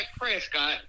Prescott